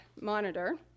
monitor